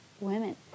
women